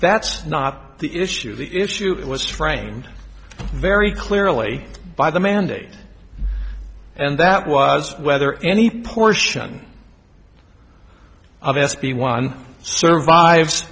that's not the issue the issue it was framed very clearly by the mandate and that was whether any portion of s b one survive